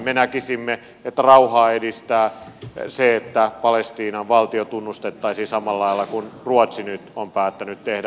me näkisimme että rauhaa edistää se että palestiinan valtio tunnustettaisiin samalla lailla kuin ruotsi nyt on päättänyt tehdä